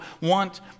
want